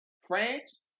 France